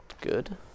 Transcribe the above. Good